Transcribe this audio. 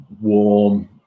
warm